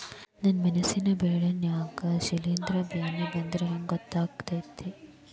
ನನ್ ಮೆಣಸ್ ಬೆಳಿ ನಾಗ ಶಿಲೇಂಧ್ರ ಬ್ಯಾನಿ ಬಂದ್ರ ಹೆಂಗ್ ಗೋತಾಗ್ತೆತಿ?